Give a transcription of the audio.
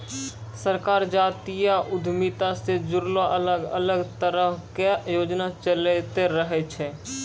सरकार जातीय उद्यमिता से जुड़लो अलग अलग तरहो के योजना चलैंते रहै छै